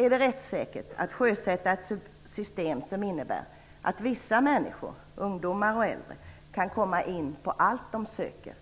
Är det rättssäkert att sjösätta ett system som innebär att vissa människor, ungdomar och äldre, kan komma in på allt de söker,